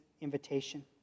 invitation